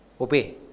Obey